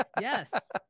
Yes